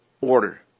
order